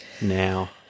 now